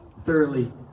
thoroughly